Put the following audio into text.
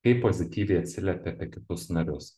kaip pozityviai atsiliepi apie kitus narius